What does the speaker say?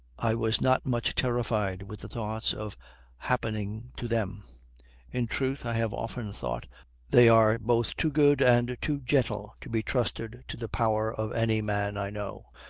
i was not much terrified with the thoughts of happening to them in truth, i have often thought they are both too good and too gentle to be trusted to the power of any man i know,